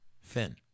Finn